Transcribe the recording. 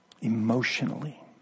emotionally